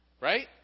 right